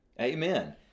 Amen